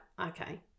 okay